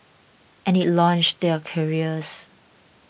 and it launched their careers